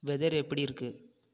weather எப்படி இருக்கு